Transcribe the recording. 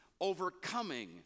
overcoming